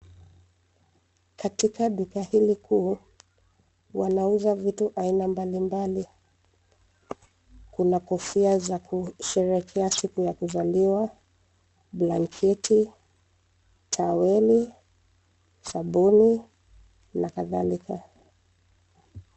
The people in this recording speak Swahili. Katika duka hili kuu, wanauza vitu aina mbalimbali. Kuna kofia za kusherehekea siku ya kuzaliwa, blanketi, taweli, sabuni na kadhalika.